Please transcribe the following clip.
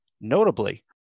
notably